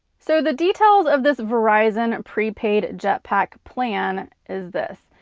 so, the details of this verizon prepaid jetpack plan is this.